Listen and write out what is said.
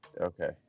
Okay